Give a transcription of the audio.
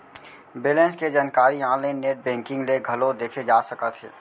balance के जानकारी online net banking ले घलौ देखे जा सकत हे